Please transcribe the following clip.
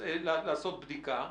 מבקשת ממנו לעשות בדיקה,